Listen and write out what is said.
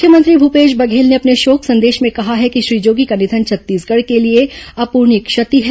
मुख्यमंत्री भूपेश बघेल ने अपने शोक संदेश में कहा है कि श्री जोगी का निधन छत्तीसगढ़ के लिए अप्रणीय क्षति है